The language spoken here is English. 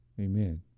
Amen